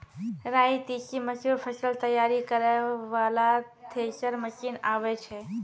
राई तीसी मसूर फसल तैयारी करै वाला थेसर मसीन आबै छै?